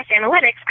Analytics